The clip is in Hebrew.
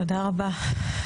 תודה רבה.